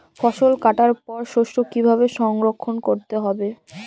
ফসল কাটার পর শস্য কীভাবে সংরক্ষণ করতে হবে?